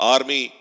Army